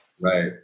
Right